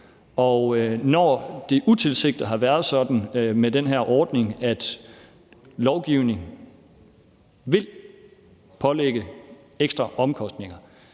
når det utilsigtet har været sådan med den her ordning, at lovgivningen vil pålægge ekstra omkostninger,